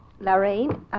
Lorraine